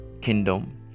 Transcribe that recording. kingdom